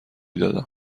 دادم